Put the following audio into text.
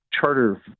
charter